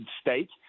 state